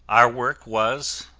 our work was,